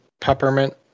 peppermint